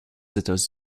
états